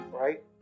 Right